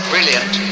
brilliant